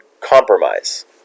compromise